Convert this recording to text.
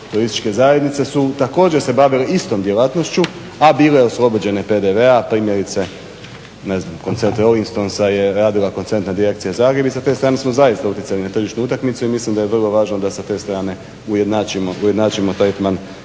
turističke zajednice su također se bavile istom djelatnošću a bile oslobođene PDV-a primjerice koncert Rolling Stonsa je radila koncertna direkcija Zagreb i sad sa te strane smo zaista utjecali na tržišnu utakmicu i mislim da je vrlo važno da sa te strane ujednačimo tretman